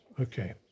okay